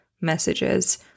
messages